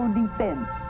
defense